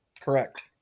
Correct